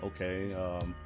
okay